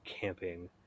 camping